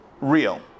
real